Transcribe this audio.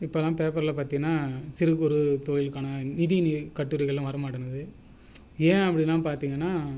இப்போலாம் பேப்பரில் பார்த்தீன்னா சிறுகுறு தொழிலுக்கான நிதி நி கட்டுரைகள்லாம் வரமாட்டேங்குது ஏன் அப்படிலாம் பார்த்தீங்கன்னா